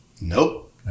Nope